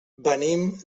venim